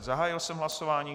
Zahájil jsem hlasování.